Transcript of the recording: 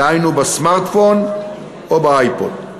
דהיינו בסמארטפון או באייפוד.